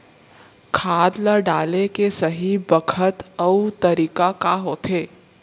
खाद ल डाले के सही बखत अऊ तरीका का होथे?